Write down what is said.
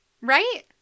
Right